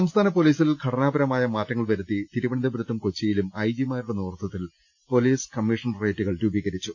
സംസ്ഥാന പൊലീസിൽ ഘടനാപരമായ മാറ്റങ്ങൾ വരുത്തി തിരു വനന്തപുരത്തും കൊച്ചിയിലും ഐജിമാരുടെ നേതൃത്വത്തിൽ പൊലീസ് കമ്മീഷണറേറ്റുകൾ രൂപീകരിച്ചു